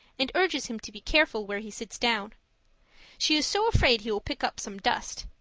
and urges him to be careful where he sits down she is so afraid he will pick up some dust.